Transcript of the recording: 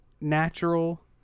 natural